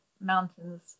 mountains